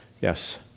yes